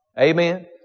Amen